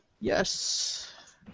Yes